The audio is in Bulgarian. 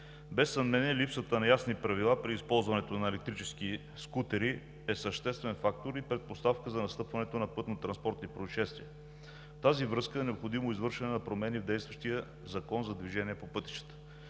Без съмнение липсата на ясни правила при използването на електрически скутери е съществен фактор и предпоставка за настъпването на пътнотранспортни произшествия. В тази връзка е необходимо извършване на промени в действащия Закон за движение по пътищата.